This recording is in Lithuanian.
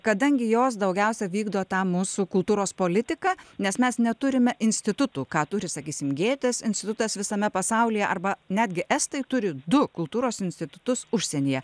kadangi jos daugiausia vykdo tą mūsų kultūros politiką nes mes neturime institutų ką turi sakysim gėtės institutas visame pasaulyje arba netgi estai turi du kultūros institutus užsienyje